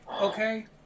okay